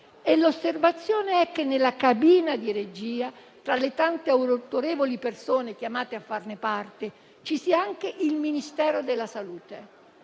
l'Assemblea: nella cabina di regia, tra le tante autorevoli persone chiamate a farne parte, ci sia anche il Ministero della salute.